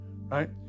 right